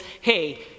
hey